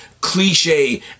cliche